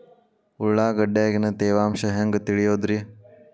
ಉಳ್ಳಾಗಡ್ಯಾಗಿನ ತೇವಾಂಶ ಹ್ಯಾಂಗ್ ತಿಳಿಯೋದ್ರೇ?